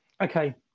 Okay